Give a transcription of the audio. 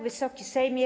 Wysoki Sejmie!